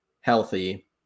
healthy